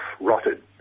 rotted